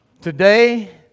Today